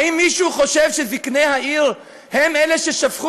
האם מישהו חושב שזקני העיר הם ששפכו